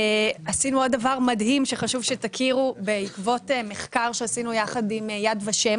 עשינו עוד דבר מדהים שחשוב שתכירו: בעקבות מחקר שערכנו יחד עם יד ושם